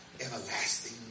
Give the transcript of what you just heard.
everlasting